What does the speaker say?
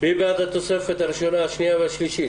מי בעד אישור התוספת הראשונה, השנייה והשלישית?